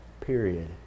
Period